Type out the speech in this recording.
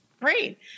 Great